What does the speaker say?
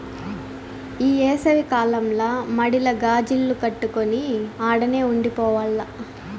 ఈ ఏసవి కాలంల మడిల గాజిల్లు కట్టుకొని ఆడనే ఉండి పోవాల్ల